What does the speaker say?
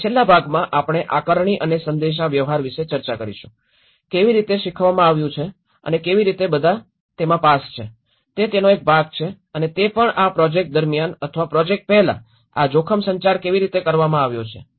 અને છેલ્લા ભાગમાં આપણે આકારણી અને સંદેશાવ્યવહાર વિશે ચર્ચા કરીશું કેવી રીતે શીખવવામાં આવ્યું છે અને કેવી રીતે બધા પાસ છે તે તેનો એક ભાગ છે અને તે પણ આ પ્રોજેક્ટ દરમિયાન અથવા પ્રોજેક્ટ પહેલા આ જોખમ સંચાર કેવી રીતે કરવામાં આવ્યો છે